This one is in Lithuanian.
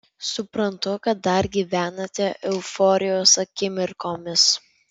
suprantu kad dar gyvenate euforijos akimirkomis